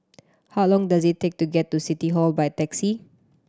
how long does it take to get to City Hall by taxi